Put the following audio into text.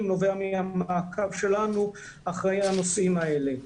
נובע מהמעקב שלנו אחרי הנושאים האלה.